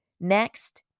Next